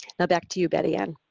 now back to you, betty-ann.